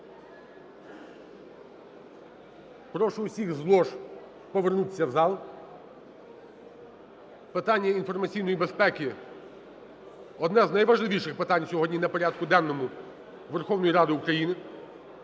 Прошу усіх з лож повернутися в зал. Питання інформаційної безпеки - одне з найважливіших питань сьогодні на порядку денному сьогодні Верховної Ради України